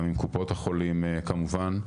גם עם קופות החולים, כמובן.